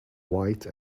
white